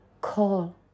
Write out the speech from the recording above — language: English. call